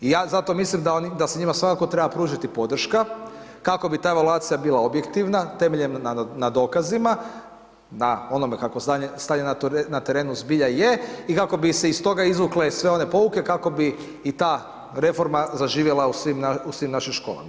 I ja zato mislim da se njima svakako treba pružiti podrška kako bi ta evaluacija bila objektivna temeljem na dokazima, na onome kakvo stanje na terenu zbilja je i kako bi se iz toga izvukle sve one pouke kako bi i ta reforma zaživjela u svim našim školama.